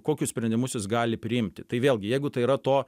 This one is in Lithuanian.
kokius sprendimus jis gali priimti tai vėlgi jeigu tai yra to